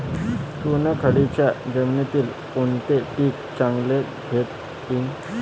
चुनखडीच्या जमीनीत कोनतं पीक चांगलं घेता येईन?